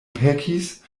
pekis